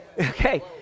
Okay